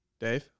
Dave